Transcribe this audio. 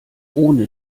ohne